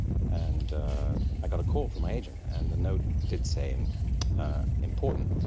and i got a call from my agent. and the note did say and important.